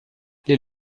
les